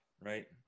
right